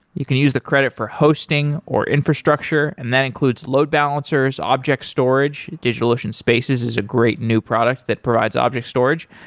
you can use the credit for hosting, or infrastructure, and that includes load balancers, object storage. digitalocean spaces is a great new product that provides object storage,